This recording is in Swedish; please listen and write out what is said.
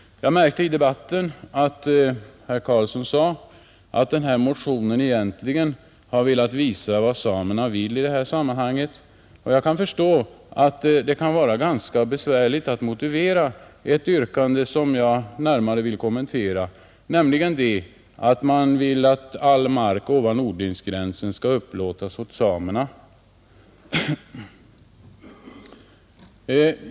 Jag märkte att herr Carlsson här sade att denna motion egentligen har velat visa vad samerna önskar i detta sammanhang. Jag kan förstå att det är ganska besvärligt att motivera ett yrkande, som jag närmare vill kommentera, nämligen yrkandet att all mark ovan odlingsgränsen skall upplåtas åt samerna.